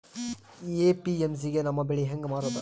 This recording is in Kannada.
ಎ.ಪಿ.ಎಮ್.ಸಿ ಗೆ ನಮ್ಮ ಬೆಳಿ ಹೆಂಗ ಮಾರೊದ?